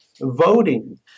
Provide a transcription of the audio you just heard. voting